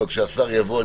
אבל כשהשר יבוא,